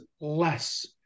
less